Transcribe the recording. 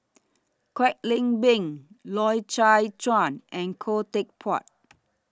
Kwek Leng Beng Loy Chye Chuan and Khoo Teck Puat